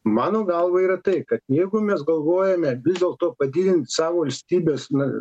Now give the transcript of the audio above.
mano galva yra taip kad jeigu mes galvojame ar vis dėlto padidint savo valstybės narių